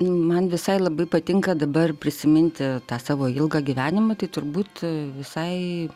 man visai labai patinka dabar prisiminti tą savo ilgą gyvenimą tai turbūt visai